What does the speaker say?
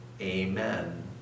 Amen